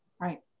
Right